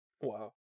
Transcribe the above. Wow